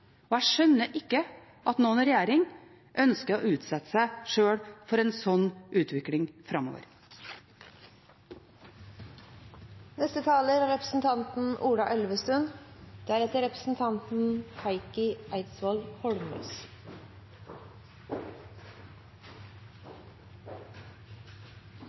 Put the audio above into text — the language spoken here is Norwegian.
Jeg skjønner ikke at noen regjering ønsker å utsette seg sjøl for en slik utvikling framover. Tanavassdraget er